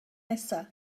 nesaf